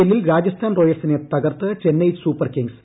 എല്ലിൽ രാജസ്ഥാൻ റോയൽസിനെ തകർത്ത് ചെന്നൈ സൂപ്പർ കിങ്ങ്സ്